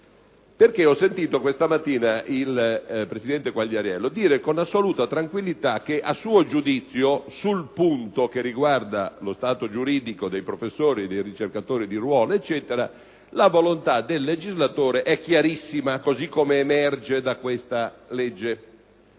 Ho sentito questa mattina il presidente Quagliariello dire con assoluta tranquillità che, a suo giudizio, sul punto che riguarda lo stato giuridico dei professori e dei ricercatori di ruolo, la volontà del legislatore così come emerge da questa legge